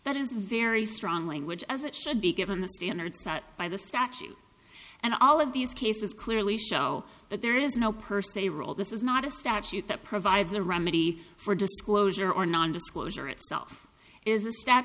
but is very strong language as it should be given the standards set by the statute and all of these cases clearly show that there is no per se rule this is not a statute that provides a remedy for disclosure or non disclosure itself is